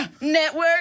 Network